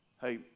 Hey